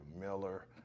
Miller